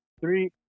three